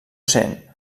sent